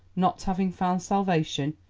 not having found salvation,